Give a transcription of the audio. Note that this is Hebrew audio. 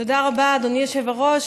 תודה רבה, אדוני היושב-ראש.